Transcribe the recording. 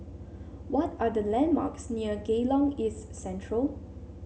what are the landmarks near Geylang East Central